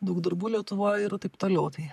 daug darbų lietuvoj yra taip toliau tai